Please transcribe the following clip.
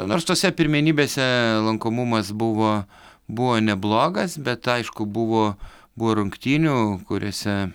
nors tose pirmenybėse lankomumas buvo buvo neblogas bet aišku buvo buvo rungtynių kuriose